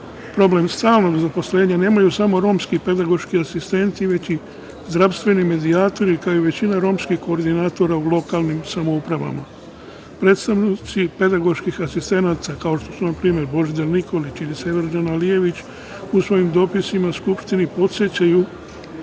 godine. Problem stalnog zaposlenja nemaju samo romski pedagoški asistenti, već i zdravstveni medijatori, kao i većina romskih koordinatora u lokalnim samoupravama. Predstavnici pedagoških asistenata, kao što su npr. Božidar Nikolić ili Severdžan Alijević u svojim dopisima Skupštini podsećaju